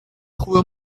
خوبه